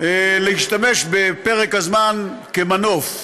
להשתמש בפרק הזמן כמנוף,